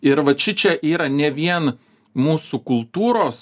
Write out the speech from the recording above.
ir vat šičia yra ne vien mūsų kultūros